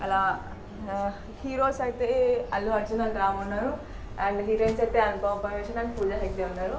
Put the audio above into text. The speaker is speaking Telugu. అలా హీరోస్ అయితే అల్లు అర్జున్ అండ్ రామ్ ఉన్నారు అండ్ హీరోయిన్స్ అయితే అనుపమ పరమేశ్వరన్ అండ్ పూజా హెగ్డే ఉన్నారు